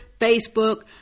Facebook